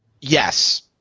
yes